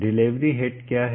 delivery head क्या है